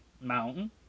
mountain